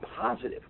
positive